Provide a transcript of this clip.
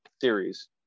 series